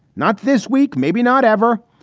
not this week, maybe not ever.